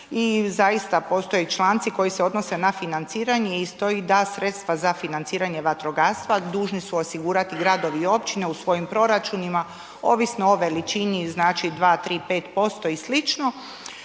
i zaista postoje članci koji se odnose na financiranje i stoji da sredstva za financiranje vatrogastva dužni su osigurati gradovi i općine u svojim proračunima ovisno o veličini, znači 2, 3 5% i